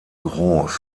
groß